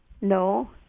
No